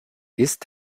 ist